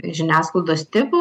žiniasklaidos tipų